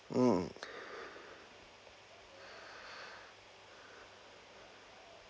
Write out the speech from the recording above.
mm